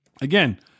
Again